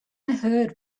heard